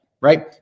right